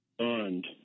earned